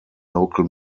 local